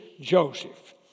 Joseph